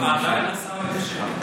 עדיין השר?